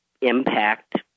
impact –